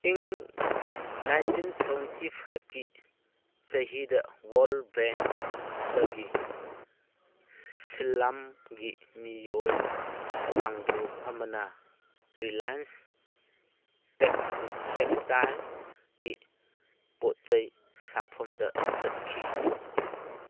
ꯏꯪ nineteen seventy ꯐꯥꯏꯚꯀꯤ ꯆꯍꯤꯗ ꯋꯥꯔꯜ ꯕꯦꯡ ꯇꯒꯤ ꯁꯤꯂꯝꯒꯤ ꯃꯤꯑꯣꯏ ꯀꯥꯡꯕꯨ ꯑꯃꯅ ꯔꯤꯂꯥꯏꯟꯁ ꯇꯦꯛꯁꯇꯥꯏꯜꯀꯤ ꯄꯣꯠ ꯆꯩ ꯁꯥꯐꯝꯗ ꯆꯠꯈꯤ